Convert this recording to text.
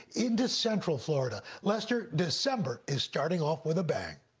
into central florida. lester, december is starting off with a bang.